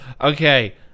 Okay